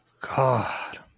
God